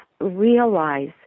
realize